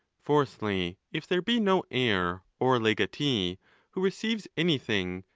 fourthly, if there be no heir or legatee who receives anything,